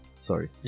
Sorry